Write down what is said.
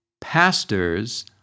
pastors